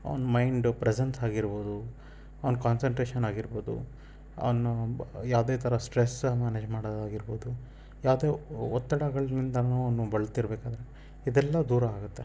ಅವ್ನ mind presence ಆಗಿರ್ಬೋದು ಅವ್ನ ಕಾನ್ಸಂಟ್ರೇಶನ್ ಆಗಿರ್ಬೋದು ಅವ್ನ ಬ್ ಯಾವುದೇ ಥರ ಸ್ಟ್ರೆಸ್ಸ್ ಮ್ಯಾನೇಜ್ ಮಾಡೋದಾಗಿರ್ಬೋದು ಯಾವ್ದೇ ಒತ್ತಡಗಳಿಂದನೂ ಅವನು ಬಳಲ್ತಿರ್ಬೇಕಾದ್ರೆ ಇದೆಲ್ಲ ದೂರ ಆಗುತ್ತೆ